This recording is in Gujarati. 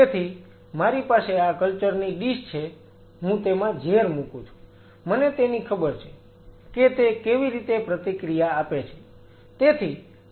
તેથી મારી પાસે આ કલ્ચર ની ડીશ છે હું તેમાં ઝેર મૂકુ છું મને તેની ખબર છે કે તે કેવી રીતે પ્રતિક્રિયા આપે છે